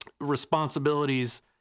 responsibilities